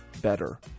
better